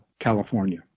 California